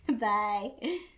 bye